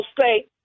say